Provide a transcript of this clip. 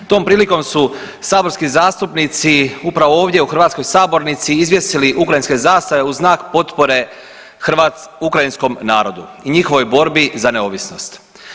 Tom prilikom su saborski zastupnici upravo ovdje u hrvatskoj sabornici izvjesili ukrajinske zastave u znak potpore .../nerazumljivo/... ukrajinskom narodu i njihovoj borbi za neovisnost.